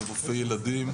אני רופא ילדים,